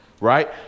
right